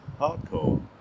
hardcore